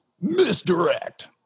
Misdirect